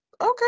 okay